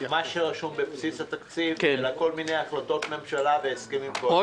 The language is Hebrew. מה שרשום בבסיס התקציב אלא כל מיני החלטות ממשלה והסכמים קואליציוניים.